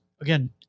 again